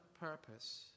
purpose